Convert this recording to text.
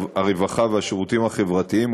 הרווחה והשירותים החברתיים,